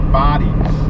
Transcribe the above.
bodies